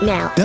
Now